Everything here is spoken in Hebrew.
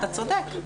אתה צודק.